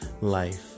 life